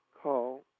call